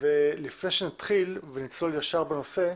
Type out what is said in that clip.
לפני שנתחיל ונצלול ישר לנושא,